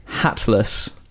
hatless